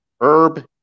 herb